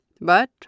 But